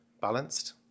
balanced